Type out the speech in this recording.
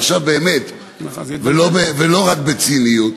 ועכשיו באמת, ולא רק בציניות,